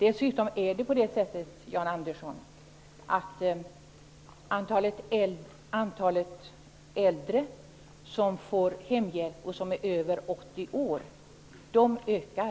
Dessutom ökar antalet äldre över 80 år som får hemhjälp, Jan Andersson.